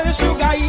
sugar